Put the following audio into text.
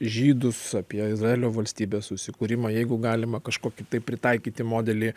žydus apie izraelio valstybės susikūrimą jeigu galima kažkokį tai pritaikyti modelį